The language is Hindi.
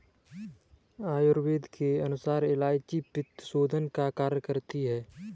आयुर्वेद के अनुसार इलायची पित्तशोधन का कार्य करती है